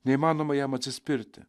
neįmanoma jam atsispirti